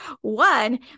One